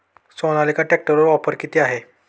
सोनालिका ट्रॅक्टरवर ऑफर किती आहे?